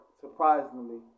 surprisingly